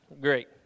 Great